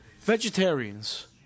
Vegetarians